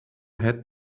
had